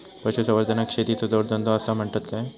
पशुसंवर्धनाक शेतीचो जोडधंदो आसा म्हणतत काय?